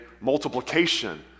multiplication